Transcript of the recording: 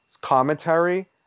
commentary